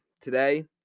Today